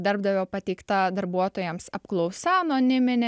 darbdavio pateikta darbuotojams apklausa anoniminė